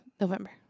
November